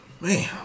Man